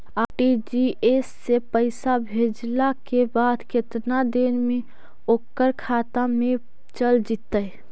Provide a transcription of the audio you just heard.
RTGS से पैसा भेजला के बाद केतना देर मे ओकर खाता मे चल जितै?